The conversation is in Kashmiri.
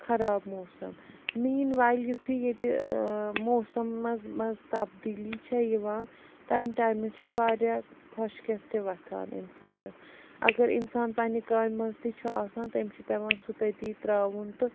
خراب موسم میٖن وایل یُتھٕے ییٚتہِ موسم منٛز منٛز تبدیٖلی چھِ یِوان تَمہِ ٹایِمہٕ چھُ وارِیاہ خۄشکٮ۪تھ تہِ وۄتھان اِنسانہٕ اگر اِنسان پنٛنہِ کامہِ منٛز تہِ چھُ آسان تہٕ أمِس چھُ پٮ۪وان سُہ تٔتی ترٛاوُن تہٕ